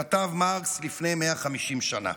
כתב מרקס לפני 150 שנה.